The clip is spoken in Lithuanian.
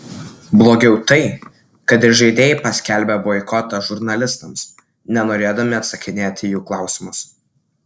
blogiau tai kad ir žaidėjai paskelbė boikotą žurnalistams nenorėdami atsakinėti į jų klausimus